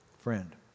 friend